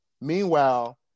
meanwhile